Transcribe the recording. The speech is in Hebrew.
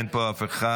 אין פה אף אחד.